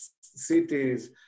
cities